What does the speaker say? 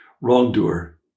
Wrongdoer